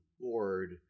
board